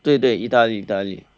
对对意大利意大利